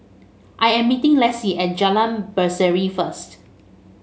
I am meeting Lessie at Jalan Berseri first